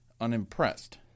unimpressed